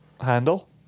handle